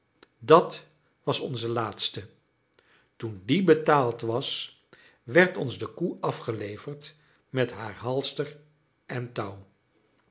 dat was onze laatste toen die betaald was werd ons de koe afgeleverd met haar halster en touw